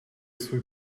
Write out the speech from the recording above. svůj